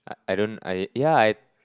I I don't I need yeah I